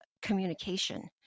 communication